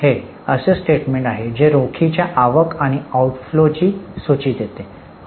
हे असे स्टेटमेंट आहे जे रोखीच्या आवक आणि आउटफ्लोची सूची देते